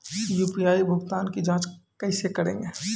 UPI भुगतान की जाँच कैसे करेंगे?